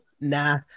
nah